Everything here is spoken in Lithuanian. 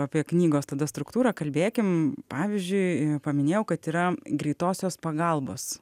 apie knygos tada struktūrą kalbėkim pavyzdžiui paminėjau kad yra greitosios pagalbos